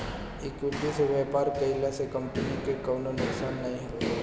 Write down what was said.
equity से व्यापार कईला से कंपनी के कवनो नुकसान नाइ हवे